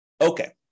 Okay